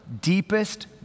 deepest